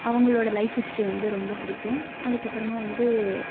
அவங்களோடய life history வந்து ரொம்ப பிடிக்கும் அதுக்கப்புறமா வந்து